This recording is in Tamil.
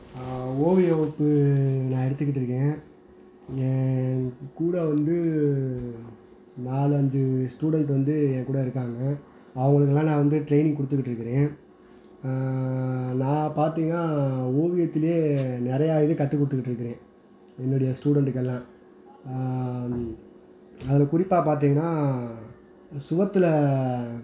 ஓவிய வகுப்பு நான் எடுத்துக்கிட்டு இருக்கேன் என் கூட வந்து நாலு அஞ்சு ஸ்டூடெண்ட் வந்து என் கூட இருக்காங்க அவர்களுக்குல்லாம் நான் வந்து ட்ரைனிங் கொடுத்துகிட்டு இருக்கிறேன் நான் பார்த்தீங்கன்னா ஓவியத்திலே நிறையா இது கற்று கொடுத்துகிட்டு இருக்கிறேன் என்னுடைய ஸ்டூடெண்டுக்கு எல்லாம் அதில் குறிப்பாக பார்த்தீங்கன்னா சுவற்றுல